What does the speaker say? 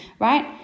Right